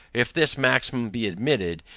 if this maxim be admitted,